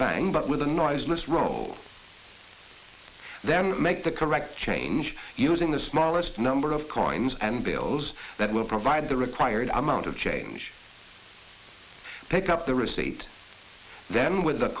bang but with a noiseless roll then make the correct change using the smallest number of crimes and bills that will provide the required amount of change pick up the receipt then with the